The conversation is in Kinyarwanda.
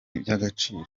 iby’agaciro